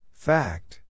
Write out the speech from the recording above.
Fact